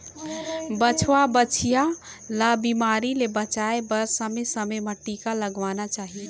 बछवा, बछिया ल बिमारी ले बचाए बर समे समे म टीका लगवाना चाही